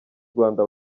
rwanda